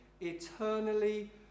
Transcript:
eternally